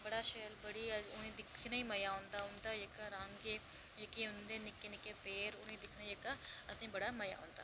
बड़ा शैल जेह्का उ'नेंगी दिक्खने गी मज़ा औंदा उं'दा जेह्का रंग जेह्के उंदे निक्के निक्के पैर जेह्का असेंगी बड़ा मज़ा आंदा